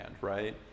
right